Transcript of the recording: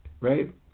right